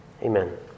Amen